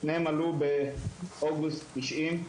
שניהם עלו באוגוסט 90'